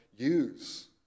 Use